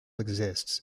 exists